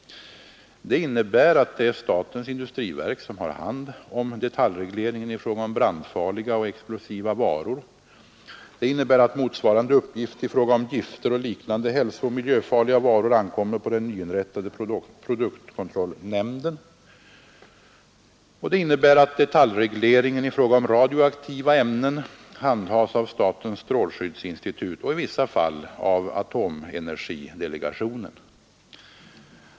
Detta innebär att det är statens industriverk som har hand om detaljregleringen i fråga om brandfarliga och explosiva varor, att motsvarande uppgift i fråga om gifter och liknande hälsooch miljöfarliga varor ankommer på den nyinrättade produktkontrollnämnden och att detaljregleringen i fråga om radioaktiva ämnen handhas av statens strålskyddsinstitut, och i vissa fall atomenergidelegationen.